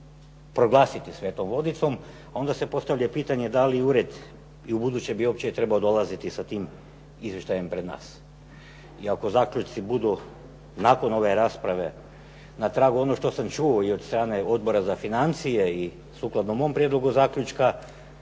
proglasiti svetom vodicom, a onda se postavlja pitanje da li ured i ubuduće bi uopće trebao dolaziti sa tim izvještajem pred nas. I ako zaključci budu nakon ove rasprave na tragu onog što sam čuo i od strane Odbora za financije i sukladno mom prijedlogu zaključka,